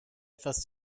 etwas